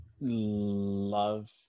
love